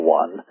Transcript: one